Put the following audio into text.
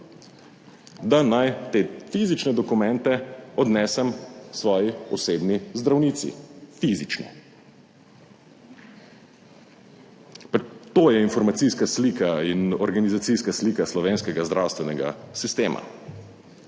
da naj te fizične dokumente odnesem svoji osebni zdravnici, fizične. To je informacijska slika in organizacijska slika slovenskega zdravstvenega sistema.